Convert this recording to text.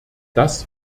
das